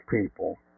people